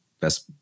best